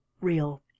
real